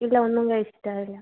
ഇല്ല ഒന്നും കഴിച്ചിട്ട് ആയില്ല